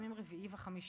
בימים רביעי וחמישי.